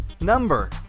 number